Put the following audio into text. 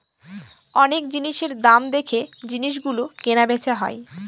অনেক জিনিসের দাম দেখে জিনিস গুলো কেনা বেচা হয়